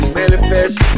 manifest